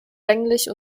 länglich